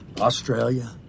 Australia